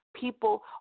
people